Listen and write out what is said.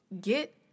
get